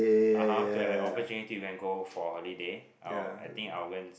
(uh huh) to have an opportunity to you can go for holiday I will I think I will go and